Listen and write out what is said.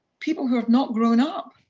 people who have not grown up.